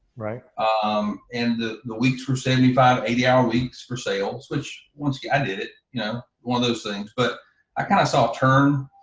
um and the the weeks were seventy five eighty hour weeks for sales, which once i did it, you know one of those things but i kind of saw turn,